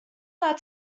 that